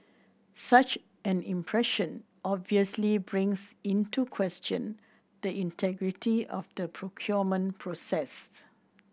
such an impression obviously brings into question the integrity of the procurement process